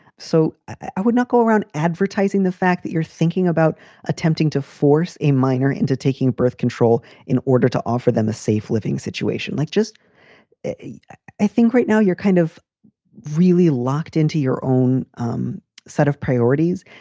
so i would not go around advertising the fact that you're thinking about attempting to force a minor into taking birth control in order to offer them a safe living situation, like just a i think right now you're kind of really locked into your own um set of priorities.